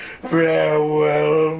Farewell